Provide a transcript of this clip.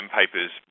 papers